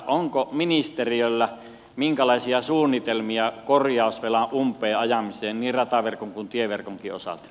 onko ministeriöllä minkälaisia suunnitelmia korjausvelan umpeen ajamisesta niin rataverkon kuin tieverkonkin osalta